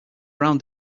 brown